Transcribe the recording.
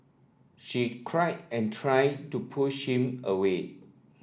she cried and tried to push him away